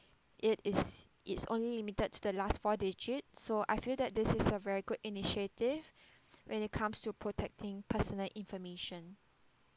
it is it's only limited to the last four digits so I feel that this is a very good initiative when it comes to protecting personal information